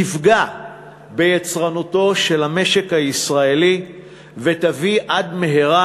תפגע ביצרנותו של המשק הישראלי ותביא עד מהרה